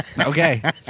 Okay